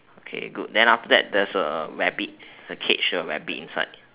okay good then after that there's a rabbit it's a cage with a rabbit inside